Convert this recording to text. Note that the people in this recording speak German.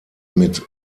mit